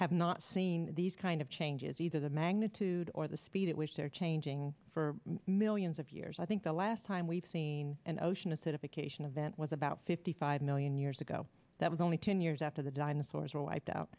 have not seen these kind of changes either the magnitude or the speed at which they're changing for millions of years i think the last time we've seen an ocean acidification event was about fifty five million years ago that was only ten years after the dinosaurs were wiped out